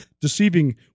Deceiving